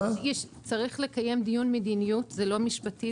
צריך לקיים דיון מדיניות זה לא משפטי,